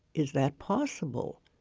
is that possible?